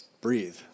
breathe